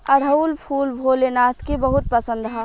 अढ़ऊल फूल भोले नाथ के बहुत पसंद ह